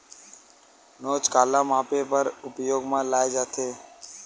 नोच काला मापे बर उपयोग म लाये जाथे?